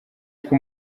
uko